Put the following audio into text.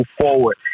forward